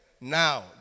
now